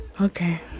Okay